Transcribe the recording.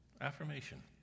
Affirmation